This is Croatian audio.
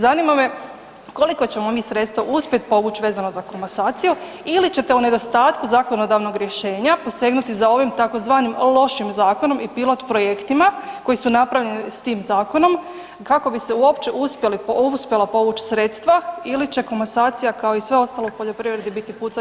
Zanima me koliko ćemo mi sredstva uspjeti povući vezano za komasaciju ili ćete u nedostatku zakonodavnog rješenja posegnuti za ovim, tzv. lošim zakonom i pilot projektima koji su napravljeni s tim zakonom, kako bi se uopće uspjela povući sredstva ili će komasacija, kao i sve ostalo u poljoprivredi biti pucanj u prazno?